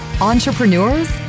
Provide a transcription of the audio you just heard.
entrepreneurs